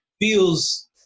feels